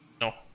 No